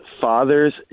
father's